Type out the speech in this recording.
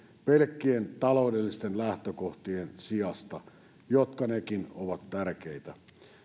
pelkkien taloudellisten lähtökohtien sijasta jotka nekin ovat tärkeitä